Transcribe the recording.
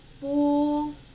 full